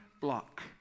block